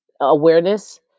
awareness